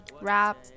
rap